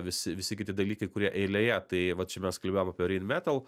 visi visi kiti dalykai kurie eilėje tai va čia mes kalbėjom apie reinmetal